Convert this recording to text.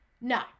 No